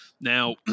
Now